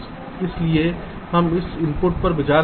इसलिए हम इस इनपुट पर विचार करते हैं